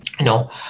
No